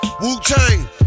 Wu-Tang